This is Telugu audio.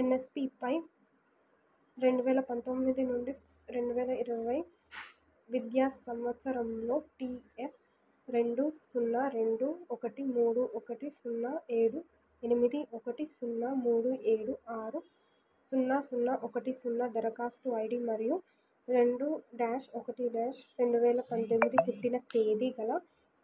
ఎన్ఎస్పిపై రెండు వేల పంతొమ్మిది నుండి రెండు వేల ఇరవై విద్యా సంవత్సరంలో టీఎఫ్ రెండు సున్నా రెండు ఒకటి మూడు ఒకటి సున్నా ఏడు ఎనిమిది ఒకటి సున్నా మూడు ఏడు ఆరు సున్నా సున్నా ఒకటి సున్నా దరఖాస్తు ఐడి మరియు రెండు డ్యాష్ ఒకటి డ్యాష్ రెండువేల పంతొమ్మిది పుట్టిన తేది గల